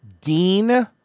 Dean